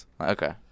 okay